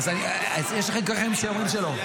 אז יש לך --- אומרים שלא.